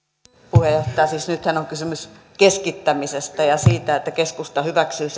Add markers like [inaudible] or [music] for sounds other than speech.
puheenjohtaja siis nythän on kysymys keskittämisestä ja siitä että keskusta hyväksyy [unintelligible]